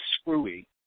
screwy